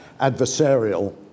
adversarial